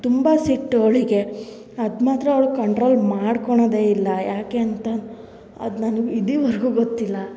ತುಂಬಾ ಸಿಟ್ಟು ಅವಳಿಗೆ ಅದು ಮಾತ್ರ ಅವ್ಳಿಗೆ ಕಂಟ್ರೋಲ್ ಮಾಡ್ಕೊಳ್ಳೋದೇ ಇಲ್ಲ ಯಾಕೆ ಅಂತ ಅದು ನನಗೆ ಇದುವರ್ಗು ಗೊತ್ತಿಲ್ಲ